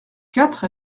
quatre